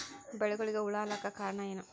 ಬೆಳಿಗೊಳಿಗ ಹುಳ ಆಲಕ್ಕ ಕಾರಣಯೇನು?